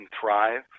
thrive